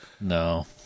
No